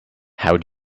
how